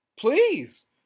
Please